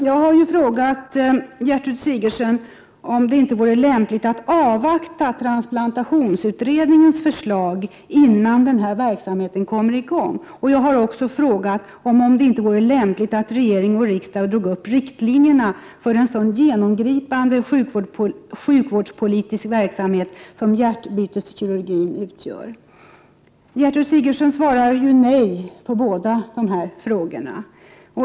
Jag har frågat Gertrud Sigurdsen om det inte vore lämpligt att avvakta transplantationsutredningens förslag, innan denna verksamhet kommer i gång, och jag har också frågat om det inte vore lämpligt att regering och riksdag drog upp riktlinjerna för en så genomgripande sjukvårdspolitisk verksamhet som hjärtbyteskirurgin utgör. Gertrud Sigurdsen svarar nej på båda frågorna.